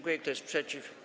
Kto jest przeciw?